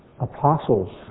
apostles